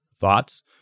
thoughts